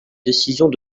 décisions